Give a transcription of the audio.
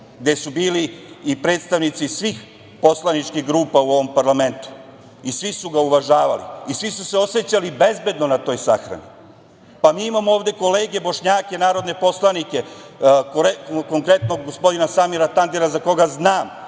gde su bili i predstavnici svih poslaničkih grupa u ovom parlamentu. Svi su ga uvažavali i svi su se osećali bezbedno na toj sahrani. Mi imamo ovde kolege Bošnjake narodne poslanike, konkretno gospodina Samira Tandira, za koga znam